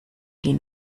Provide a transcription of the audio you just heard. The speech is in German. die